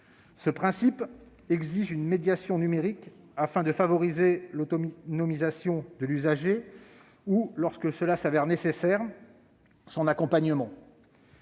Ce principe exige une médiation numérique afin de favoriser l'autonomisation de l'usager ou, lorsque cela s'avère nécessaire, son accompagnement.